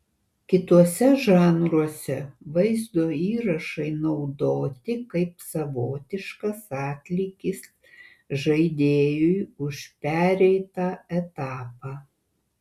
kituose žanruose vaizdo įrašai naudoti kaip savotiškas atlygis žaidėjui už pereitą etapą